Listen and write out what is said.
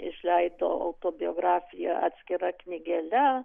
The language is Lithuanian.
išleido autobiografiją atskira knygele